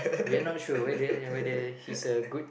we're are not sure whether whether he's a good